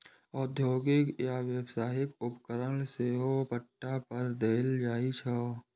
औद्योगिक या व्यावसायिक उपकरण सेहो पट्टा पर देल जाइ छै